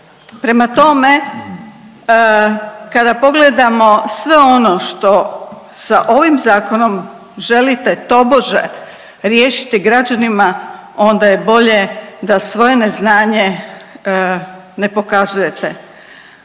Prema tome, kada pogledamo sve ono što sa ovim zakonom želite tobože riješiti građanima onda je bolje da svoje neznanje ne pokazujete.